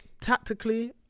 tactically